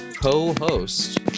co-host